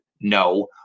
No